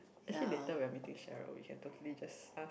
actually later we are meeting Cheryl we can totally just ask